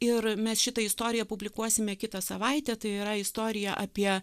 ir mes šitą istoriją publikuosime kitą savaitę tai yra istorija apie